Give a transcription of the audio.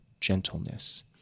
gentleness